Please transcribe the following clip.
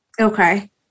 Okay